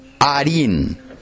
Arin